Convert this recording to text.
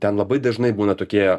ten labai dažnai būna tokie